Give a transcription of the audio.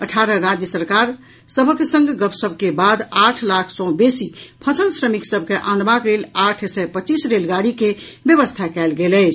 अठारह राज्य सरकार सभक संग गपशप के बाद आठ लाख सॅ बेसी फंसल श्रमिक सभ के आनबाक लेल आठ सय पच्चीस रेलगाडी के व्यवस्था कयल गेल अछि